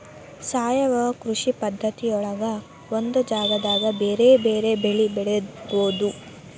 ಸಾವಯವ ಕೃಷಿ ಪದ್ಧತಿಯೊಳಗ ಒಂದ ಜಗದಾಗ ಬೇರೆ ಬೇರೆ ಬೆಳಿ ಬೆಳಿಬೊದು